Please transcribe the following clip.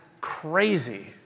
crazy